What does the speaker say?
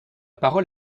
parole